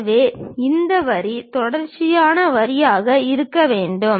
எனவே இந்த வரி தொடர்ச்சியான வரியாக இருக்க வேண்டும்